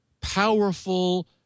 powerful